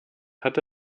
hatte